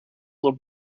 will